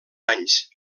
anys